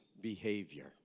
behavior